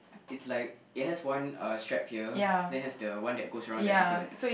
is like it has one uh stripe here then has the one that goes around the ankle like that